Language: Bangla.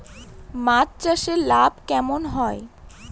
মাছ চাষে লাভ কেমন হয়?